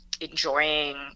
enjoying